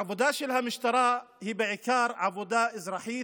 העבודה של המשטרה היא בעיקר עבודה אזרחית,